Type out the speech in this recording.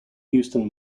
houston